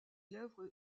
l’œuvre